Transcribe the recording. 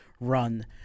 run